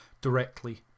directly